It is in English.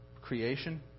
creation